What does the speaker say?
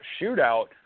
shootout